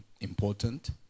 important